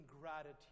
gratitude